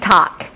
Talk